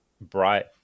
bright